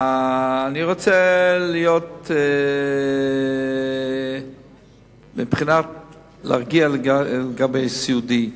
אני רוצה להרגיע לגבי האשפוז הסיעודי.